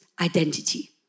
identity